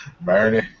Bernie